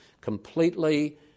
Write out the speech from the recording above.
completely